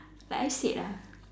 like I said ah